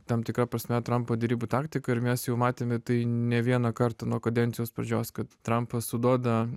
tam tikra prasme trampo derybų taktika ir mes jau matėme tai ne vieną kartą nuo kadencijos pradžios kad trampas suduoda